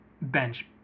bench